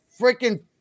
freaking